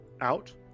out